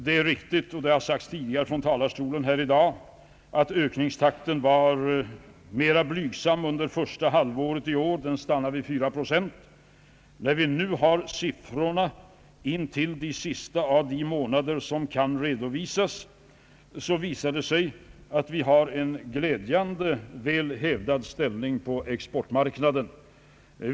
Det är riktigt, och det har sagts tidigare från talarstolen här i dag, att ökningstakten var mera blygsam under första halvåret i år, då den stannade vid 4 procent. När vi nu har siffrorna intill de sista månader som kan redovisas, visar det sig att vi har en glädjande väl hävdad ställning på exportmarknaden.